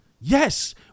Yes